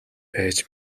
байж